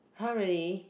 !huh! really